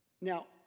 Now